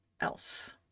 else